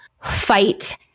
fight